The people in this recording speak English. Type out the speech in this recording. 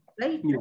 Right